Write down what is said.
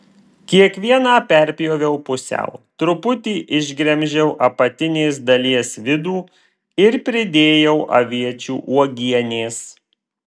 kiekvieną perpjoviau pusiau truputį išgremžiau apatinės dalies vidų ir pridėjau aviečių uogienės